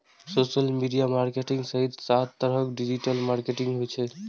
social media marketing सहित सात तरहक डिजिटल मार्केटिंग होइ छै